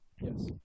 Yes